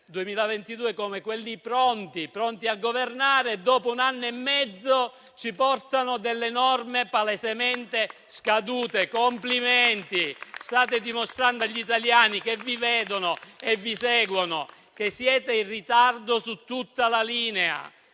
2022, pronti a governare e dopo un anno e mezzo ci portano delle norme palesemente scadute. Complimenti: state dimostrando agli italiani che vi vedono e vi seguono che siete in ritardo su tutta la linea